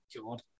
God